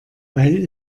weil